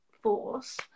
force